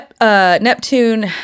Neptune